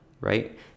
right